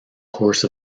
course